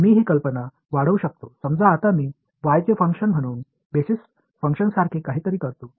मी ही कल्पना वाढवू शकतो समजा आता मी y चे फंक्शन म्हणून बेसिस फंक्शनसारखे काहीतरी करतो